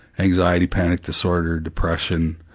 anxiety, panic disorder, depression,